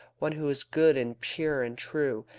one who is good, and pure, and true,